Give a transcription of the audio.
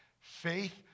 faith